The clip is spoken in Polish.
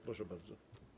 Proszę bardzo.